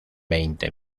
veinte